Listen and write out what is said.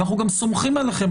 אנחנו גם סומכים עליכם,